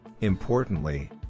importantly